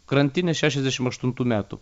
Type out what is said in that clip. krantinės šešiasdešimt aštuntų metų